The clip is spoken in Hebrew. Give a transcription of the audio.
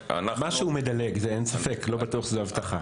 משהו הוא מדלג, אין ספק, לא בטוח שזו אבטחה.